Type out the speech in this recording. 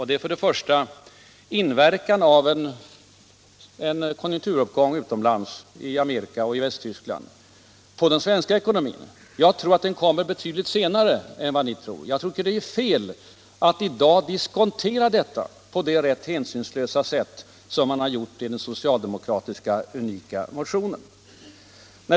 Det gäller bl.a. inverkan på den svenska ekonomin av en konjunkturuppgång utomlands, i Förenta staterna och Västtyskland. Jag tror att vår ekonomi påverkas betydligt senare än vad ni tror. Jag tycker det är fel att i dag diskontera detta på det rätt hänsynslösa sätt som man har gjort i den socialdemokratiska ”unika” motionen.